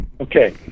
Okay